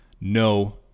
no